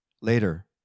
later